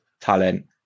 talent